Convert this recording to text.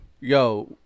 yo